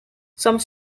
some